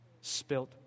spilt